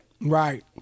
Right